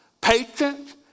patience